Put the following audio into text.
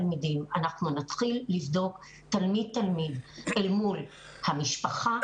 נתחיל לבדוק תלמיד תלמיד אל מול המשפחה,